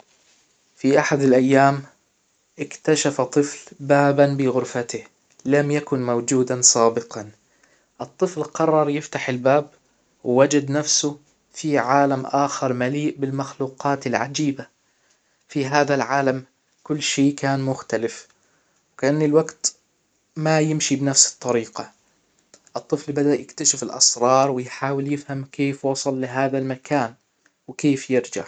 في احد الايام اكتشف طفل بابا بغرفته لم يكن موجودا سابقا الطفل قرر يفتح الباب ووجد نفسه في عالم اخر مليء بالمخلوقات العجيبة في هذا العالم كل شيء كان مختلف وكإن الوقت ما يمشي بنفس الطريقة الطفل بدأ يكتشف الاسرار ويحاول يفهم كيف وصل لهذا المكان وكيف يرجع